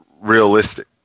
realistic